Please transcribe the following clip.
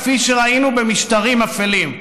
כפי שראינו במשטרים אפלים.